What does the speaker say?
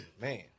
Man